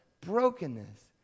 brokenness